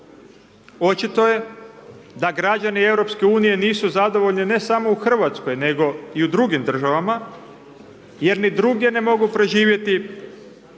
Očito je da građani Europske unije nisu zadovoljni ne samo u Hrvatskoj, nego i u drugim državama jer ni druge ne mogu preživjeti